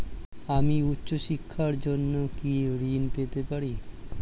আমি উচ্চশিক্ষার জন্য কি ঋণ পেতে পারি?